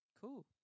Cool